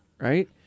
right